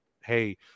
hey